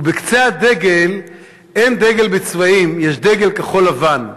ובקצה הדגל אין דגל בצבעים, יש דגל כחול-לבן.